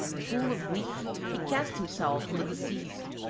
full of grief, he cast himself on the deceased,